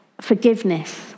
forgiveness